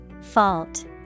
Fault